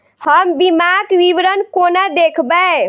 हम बीमाक विवरण कोना देखबै?